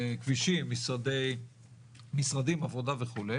כבישים, משרדים, עבודה וכו'.